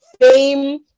fame-